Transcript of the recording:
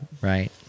right